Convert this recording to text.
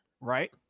Right